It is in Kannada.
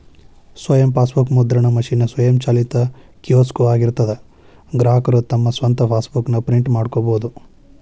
ಸ್ವಯಂ ಫಾಸ್ಬೂಕ್ ಮುದ್ರಣ ಮಷೇನ್ ಸ್ವಯಂಚಾಲಿತ ಕಿಯೋಸ್ಕೊ ಆಗಿರ್ತದಾ ಗ್ರಾಹಕರು ತಮ್ ಸ್ವಂತ್ ಫಾಸ್ಬೂಕ್ ನ ಪ್ರಿಂಟ್ ಮಾಡ್ಕೊಬೋದು